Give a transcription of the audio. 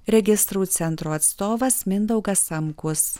registrų centro atstovas mindaugas samkus